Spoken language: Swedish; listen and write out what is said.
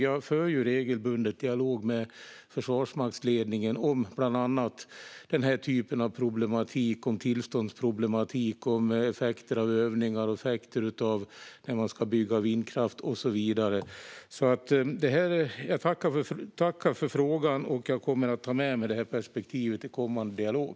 Jag för ju regelbundet dialog med Försvarsmaktens ledning om bland annat den här typen av problematik: tillståndsproblematik, effekter av övningar, effekter av byggande av vindkraft och så vidare. Jag tackar för frågan och kommer att ta med mig det här perspektivet i kommande dialog.